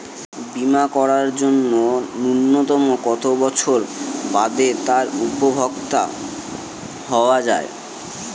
বীমা করার জন্য ন্যুনতম কত বছর বাদে তার উপভোক্তা হওয়া য়ায়?